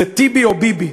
זה טיבי או ביבי,